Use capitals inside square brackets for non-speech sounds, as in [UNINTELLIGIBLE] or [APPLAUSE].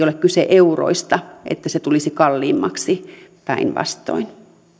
[UNINTELLIGIBLE] ole kyse euroista siitä että se tulisi kalliimmaksi päinvastoin